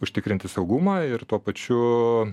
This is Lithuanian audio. užtikrinti saugumą ir tuo pačiu